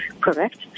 correct